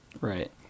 right